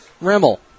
Rimmel